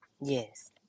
Yes